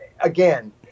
again